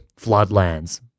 floodlands